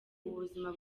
ubuzima